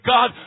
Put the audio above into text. God